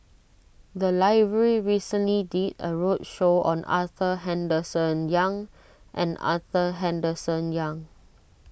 the library recently did a roadshow on Arthur Henderson Young and Arthur Henderson Young